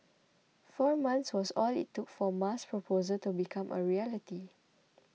four months was all it took for Ma's proposal to become a reality